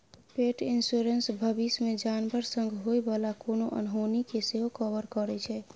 पेट इन्स्योरेन्स भबिस मे जानबर संग होइ बला कोनो अनहोनी केँ सेहो कवर करै छै